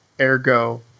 Ergo